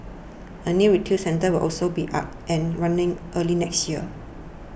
a new retail centre will also be up and running early next year